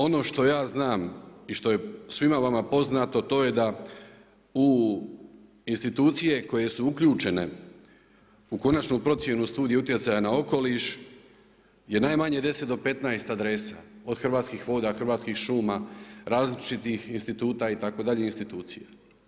Ono što ja znam i što je svima vama poznato, to je da u institucije koje su uključene u konačnu procjenu studiju utjecaja na okoliš je najmanje 10 do 15 adresa od Hrvatskih voda, Hrvatskih šuma, različitih instituta itd. i institucija.